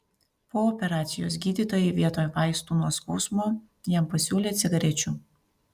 po operacijos gydytojai vietoj vaistų nuo skausmo jam pasiūlė cigarečių